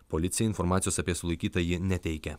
policija informacijos apie sulaikytąjį neteikia